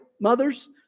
Mothers